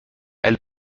elle